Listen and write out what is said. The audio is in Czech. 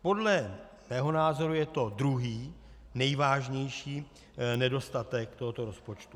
Podle mého názoru je to druhý nejvážnější nedostatek tohoto rozpočtu.